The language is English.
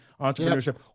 entrepreneurship